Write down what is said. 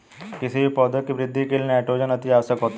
किसी भी पौधे की वृद्धि के लिए नाइट्रोजन अति आवश्यक होता है